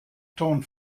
ton